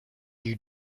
you